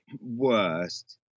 worst